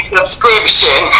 subscription